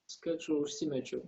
skečų užsimečiau